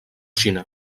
xina